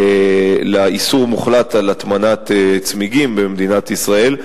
לאיסור מוחלט של הטמנת צמיגים במדינת ישראל.